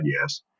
Yes